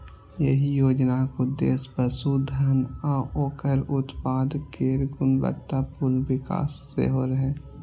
एहि योजनाक उद्देश्य पशुधन आ ओकर उत्पाद केर गुणवत्तापूर्ण विकास सेहो रहै